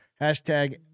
Hashtag